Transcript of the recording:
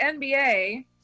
NBA –